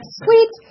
sweet